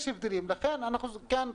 לכן אנחנו כאן.